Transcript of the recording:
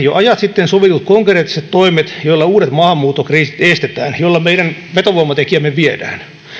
jo ajat sitten sovitut konkreettiset toimet joilla uudet maahanmuuttokriisit estetään joilla meidän vetovoimatekijämme viedään